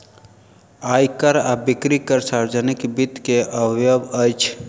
आय कर आ बिक्री कर सार्वजनिक वित्त के अवयव अछि